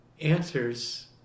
answers